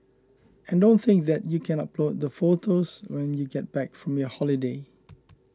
and don't think that you can upload the photos when you get back from your holiday